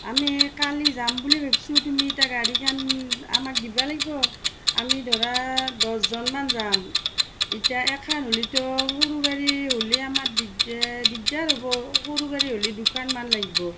আমি কালি যাম বুলি ভাবিছোঁ তুমি এতিয়া গাড়ীখন আমাক দিব লাগিব আমি ধৰা দহজনমান যাম এতিয়া এখন হ'লেটো সৰু গাড়ী হ'লে আমাৰ দিগদা দিগদাৰ হ'ব সৰু গাড়ী হ'লে দুখনমান লাগিব